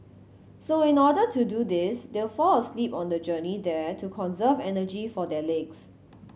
so in order to do this they'll fall asleep on the journey there to conserve energy for their legs